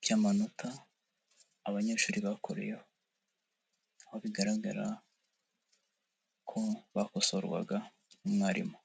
by'amanota abanyeshuri bakoreyeho aho bigaragara ko bakosorwaga n'umwarimu.